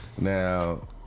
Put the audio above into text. now